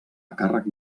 càrrec